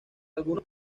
algunos